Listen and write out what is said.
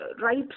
right